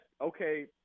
okay